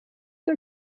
der